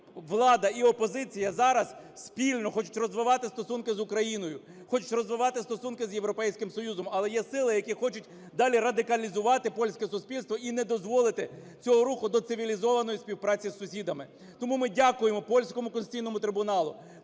влада, і опозиція зараз спільно хочуть розвивати стосунки з Україною, хочуть розвивати стосунки з Європейським Союзом. Але є сили, які хочуть далі радикалізувати польське суспільство і не дозволити цього руху до цивілізованої співпраці з сусідами. Тому ми дякуємо польському Конституційному трибуналу,